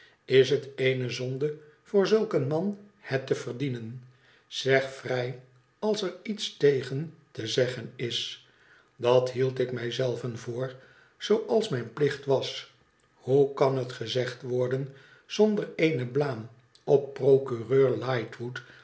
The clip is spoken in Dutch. is het eene zonde voor zulk een man het te verdienen zeg vrij als er iets tegen te zeggen is dat hield ik mij zelven voor zooals mijn plicht was hoe kan het gezegd worden zonder eene blaam op procureur lightwood